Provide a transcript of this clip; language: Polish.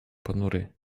ponury